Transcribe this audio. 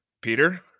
Peter